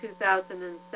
2007